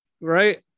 right